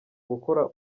gukora